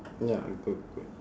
ya good good